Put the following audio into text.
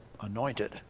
anointed